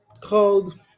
called